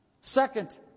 Second